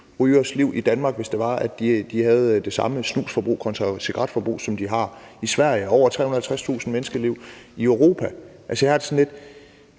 rygeres liv, hvis de havde det samme snusforbrug kontra cigaretforbrug, som de har i Sverige, og over 350.000 menneskeliv i Europa. Jeg har det lidt